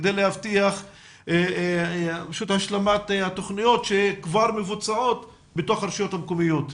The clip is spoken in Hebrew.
כדי להבטיח השלמת התוכניות שכבר מבוצעות בתוך הרשויות המקומיות.